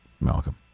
Malcolm